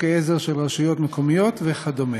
חוקי עזר של רשויות מקומיות וכדומה.